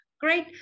great